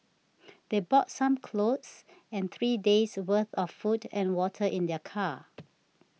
they brought some clothes and three days' worth of food and water in their car